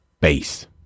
base